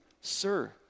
Sir